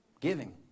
Giving